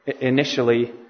initially